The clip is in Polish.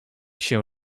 się